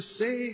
say